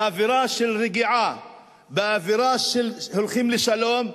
באווירה של רגיעה, באווירה שהולכים לשלום,